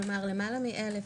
כלומר למעלה מאלף,